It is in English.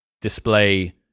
display